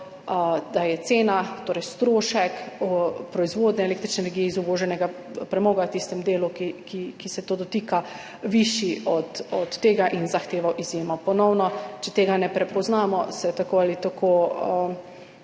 da je cena, torej strošek proizvodnje električne energije iz uvoženega premoga v tistem delu, ki se to dotika, višji od tega, in zahteval izjemo. Ponovno, če tega ne prepoznamo, se tako ali tako